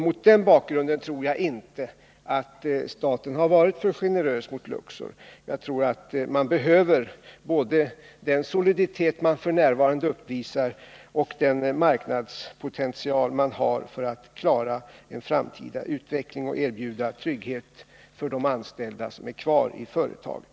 Mot den bakgrunden tror jag inte att staten har varit för generös mot Luxor —jag tror att Luxor behöver både den soliditet företaget f. n. uppvisar och den marknadspotential det har för att kunna klara en framtida utveckling och erbjuda trygghet för de anställda som är kvar i företaget.